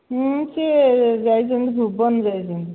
ସେ ଯାଇଛନ୍ତି ଭୁବନ ଯାଇଛନ୍ତି